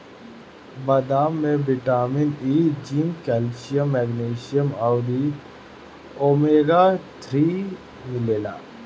बदाम में vitamin E, zinc, calcium, magnesium अउरी ओमेगा थ्री मिलेला